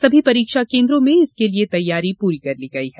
सभी परीक्षा केन्द्रों में इसके लिये तैयारी पूरी कर ली गई है